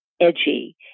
edgy